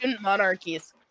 monarchies